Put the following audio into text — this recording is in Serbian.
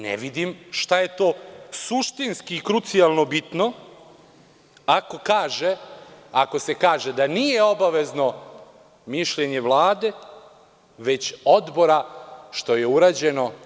Ne vidim šta je to suštinski i krucijalno bitno ako se kaže da nije obavezno mišljenje Vlade već odbora, što je urađeno.